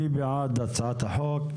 מי בעד הצעת החוק?